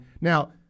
Now